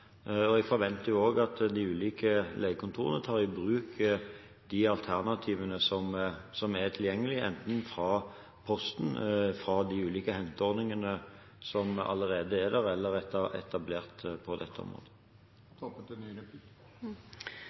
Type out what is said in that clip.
Jeg forventer også at de ulike legekontorene tar i bruk de alternativene som er tilgjengelige, enten fra Posten eller fra de ulike henteordningene som allerede er etablert på dette området.